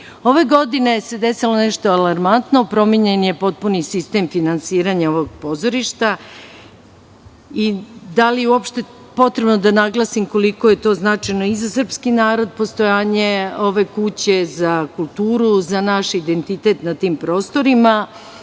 godine se desilo nešto alarmantno, promenjen je potpuni sistem finansiranja ovog pozorišta. Ne znam da li je uopšte potrebno da naglasim koliko je to značajno i za srpski narod postojanje ove kuće za kulturu, za naš identitet na tim prostorima.